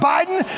Biden